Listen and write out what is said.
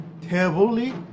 terribly